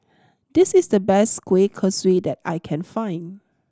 this is the best kueh kosui that I can find